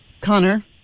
Connor